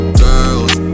girls